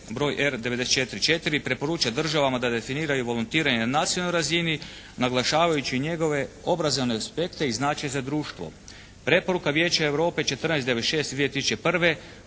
broj R 94 4 preporuča državama da definiraju volontiranje na nacionalnoj razini naglašavajući njegove obrazovne aspekte i značaj za društvo.